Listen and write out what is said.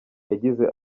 yagize